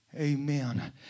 amen